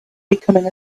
becoming